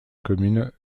commune